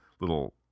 little